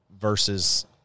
versus